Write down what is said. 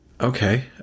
Okay